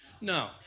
no